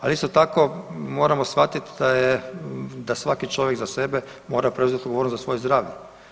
Ali isto tako moramo shvatiti da svaki čovjek za sebe mora preuzeti odgovornost za svoje zdravlje.